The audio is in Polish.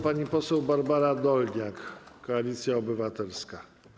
Pani poseł Barbara Dolniak, Koalicja Obywatelska.